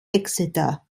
exeter